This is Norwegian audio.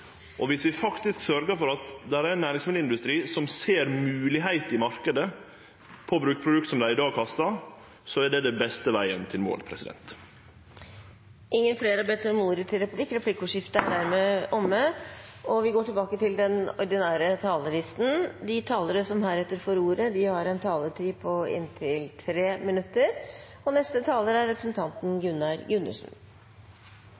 Og om vi faktisk sørgjer for at det er ein næringsmiddelindustri som ser moglegheiter i marknaden for brukbare produkt som dei i dag kastar, er det den beste vegen til målet. Replikkordskiftet er dermed omme. De talere som heretter får ordet, har en taletid på inntil 3 minutter. Dette er bare en kort stemmeforklaring. Høyre og Fremskrittspartiet støtter forslag nr. 3, fra Miljøpartiet De